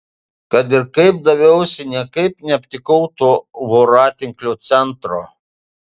kad ir kaip daviausi niekaip neaptikau to voratinklio centro